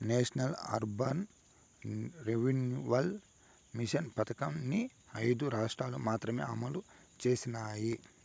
national urban renewal mission పథకంని ఐదు రాష్ట్రాలు మాత్రమే అమలు చేసినాయి